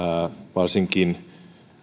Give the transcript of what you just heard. varsinkin